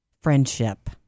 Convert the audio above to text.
Friendship